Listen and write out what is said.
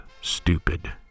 stupid